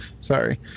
Sorry